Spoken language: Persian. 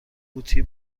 قوطی